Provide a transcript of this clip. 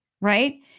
Right